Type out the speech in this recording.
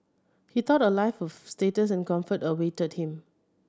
he thought a life of status and comfort awaited him